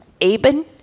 Aben